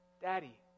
Daddy